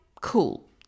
cool